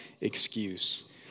excuse